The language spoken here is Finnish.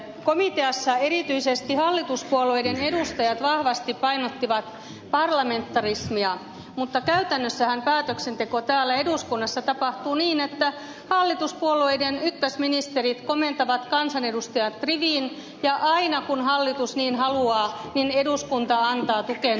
komiteassa erityisesti hallituspuolueiden edustajat vahvasti painottivat parlamentarismia mutta käytännössähän päätöksenteko täällä eduskunnassa tapahtuu niin että hallituspuolueiden ykkösministerit komentavat kansanedustajat riviin ja aina kun hallitus niin haluaa eduskunta antaa tukensa